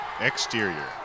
Exterior